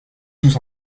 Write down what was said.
tous